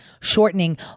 shortening